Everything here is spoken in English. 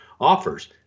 offers